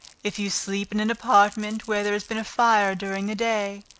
if you sleep in an apartment, where there has been fire during the day,